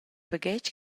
baghetg